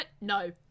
No